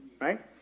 Right